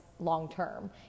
long-term